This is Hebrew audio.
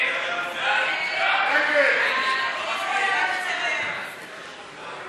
ההצעה להסיר מסדר-היום